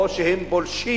או שהם פולשים,